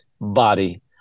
body